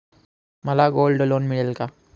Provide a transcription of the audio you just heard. मला gold loan मिळेल का?